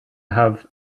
have